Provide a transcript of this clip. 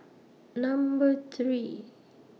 Number three